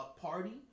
party